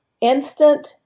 instant